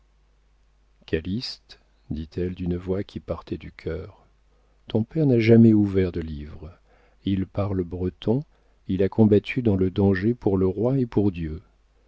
calyste dit-elle d'une voix qui partait du cœur ton père n'a jamais ouvert de livres il parle breton il a combattu dans le danger pour le roi et pour dieu